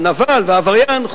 הנבל והעבריין,